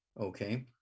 okay